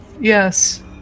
yes